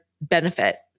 benefit